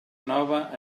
nova